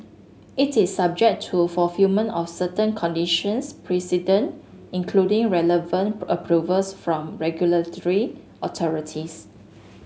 it is subject to fulfilment of certain conditions precedent including relevant approvals from regulatory authorities